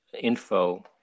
info